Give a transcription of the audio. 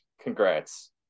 congrats